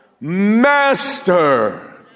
master